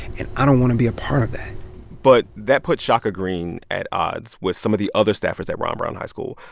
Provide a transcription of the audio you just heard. and i don't want to be a part of that but that put shaka greene at odds with some of the other staffers that ron brown high school.